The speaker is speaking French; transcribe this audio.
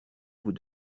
vous